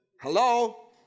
hello